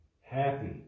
Happy